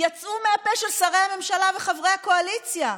יצאו מהפה של שרי הממשלה וחברי הקואליציה.